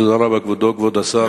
תודה רבה, כבודו, כבוד השר,